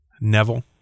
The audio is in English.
Neville